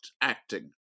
acting